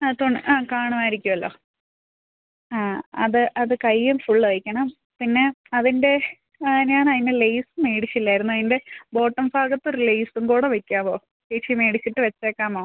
ആ തുണി ആ കാണുവായിരിക്കുമല്ലോ ആ അത് അത് കയ്യും ഫുള്ള് വെയ്ക്കണം പിന്നെ അതിന്റെ ഞാൻ അതിന് ലേയ്സ് മേടിച്ചില്ലായിരുന്നു അതിൻ്റെ ബോട്ടം ഭാഗത്തൊരു ലേയ്സും കൂടെ വെയ്ക്കാവോ ചേച്ചി മേടിച്ചിട്ട് വെച്ചേക്കാമോ